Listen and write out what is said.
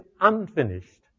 unfinished